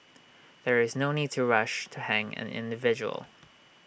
there is no need to rush to hang an individual